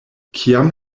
kiam